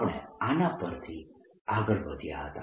આપણે આના પરથી આગળ વધ્યા હતા